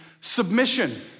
submission